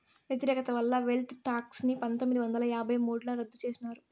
వ్యతిరేకత వల్ల wealth tax ని పందొమ్మిది వందల యాభై మూడుల రద్దు చేసినారు